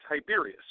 Tiberius